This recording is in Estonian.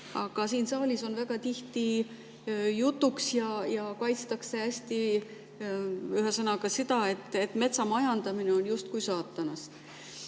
Aga siin saalis on väga tihti jutuks ja kaitstakse hästi, ühesõnaga, seda, et metsa majandamine on justkui saatanast.